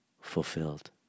fulfilled